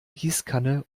gießkanne